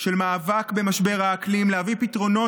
של המאבק במשבר האקלים ולהביא פתרונות